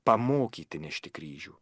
pamokyti nešti kryžių